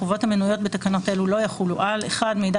החובות המנויות בתקנות אלו לא יחולו על: (1) מידע